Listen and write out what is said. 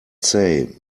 say